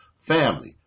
family